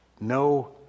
No